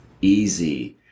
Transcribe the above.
easy